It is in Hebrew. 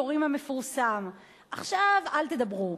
יורים" המפורסם: עכשיו אל תדברו,